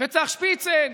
וצח שפיצן,